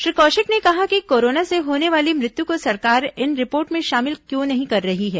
श्री कौशिक ने कहा कि कोरोना से होने वाली मृत्यू को सरकार इन रिपोर्ट में शामिल क्यों नहीं कर रही है